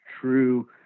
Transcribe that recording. true